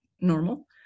normal